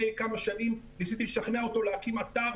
כמה שנים וניסיתי לשכנע אותו להקים אתר.